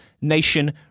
Nation